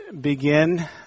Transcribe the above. begin